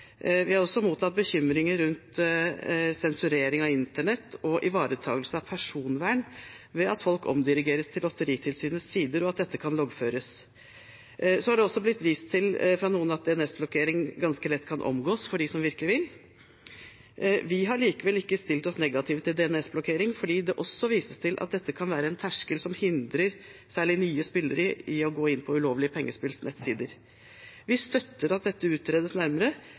Vi har også mottatt bekymringer rundt sensurering av internett og ivaretagelse av personvern ved at folk omdirigeres til Lotteritilsynets sider, og at dette kan loggføres. Noen har også vist til at DNS-blokkering ganske lett kan omgås for dem som virkelig vil. Vi har likevel ikke stilt oss negative til DNS-blokkering, fordi det også vises til at dette kan være en terskel som hindrer særlig nye spillere i å gå inn på ulovlige pengespills nettsider. Vi støtter at dette utredes nærmere,